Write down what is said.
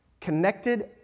connected